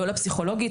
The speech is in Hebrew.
לא לפסיכולוגית,